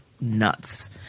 nuts